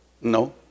No